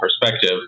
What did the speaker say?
perspective